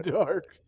dark